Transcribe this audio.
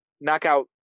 knockout